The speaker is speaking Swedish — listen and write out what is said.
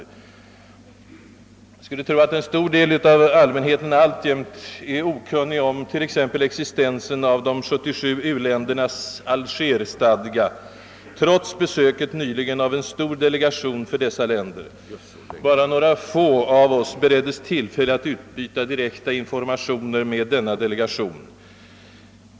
Jag skulle tro att en stor del av allmänheten alltjämt är okunnig om existensen av t.ex. de 77 u-ländernas Algerstadga, trots besöket nyligen av en stor delegation från dessa länder. Bara några få av oss bereddes därvid tillfälle att utbyta direkta informationer med denna delegation.